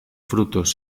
frutos